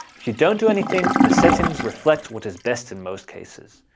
if you don't do anything, the settings reflect what is best in most cases.